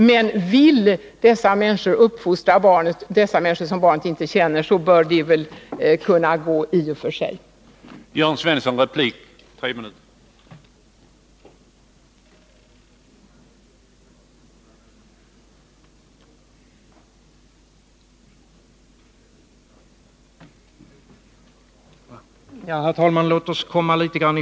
Men om dessa människor, som barnet inte känner, vill uppfostra barnet bör det väl i och för sig kunna